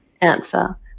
answer